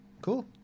cool